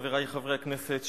חברי חברי הכנסת,